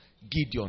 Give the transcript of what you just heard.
Gideon